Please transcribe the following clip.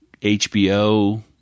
hbo